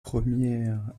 première